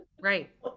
Right